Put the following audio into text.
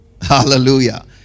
hallelujah